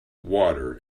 water